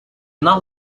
not